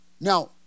Now